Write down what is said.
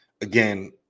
Again